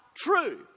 true